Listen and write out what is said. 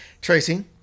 Tracy